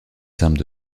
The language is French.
simple